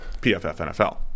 pffnfl